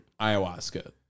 Ayahuasca